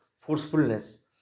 forcefulness